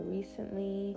Recently